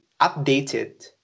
updated